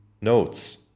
notes